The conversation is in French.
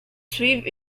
suivent